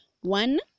one